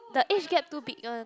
the age gap too big one